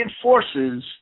enforces